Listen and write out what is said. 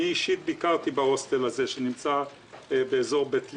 ביקרתי בהוסטל באזור בית ליד,